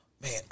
Man